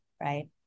right